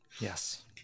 Yes